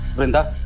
vrinda.